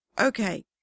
okay